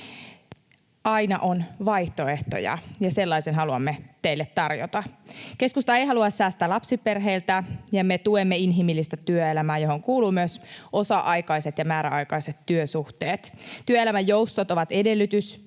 Aina on vaihtoehtoja, ja sellaisen haluamme teille tarjota. Keskusta ei halua säästää lapsiperheiltä, ja me tuemme inhimillistä työelämää, johon kuuluvat myös osa-aikaiset ja määräaikaiset työsuhteet. Työelämän joustot ovat edellytys,